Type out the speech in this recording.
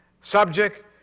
subject